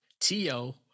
T-O